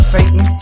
Satan